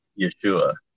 Yeshua